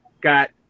got